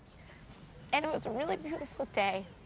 and was a really beautiful day,